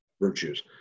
virtues